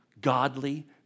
godly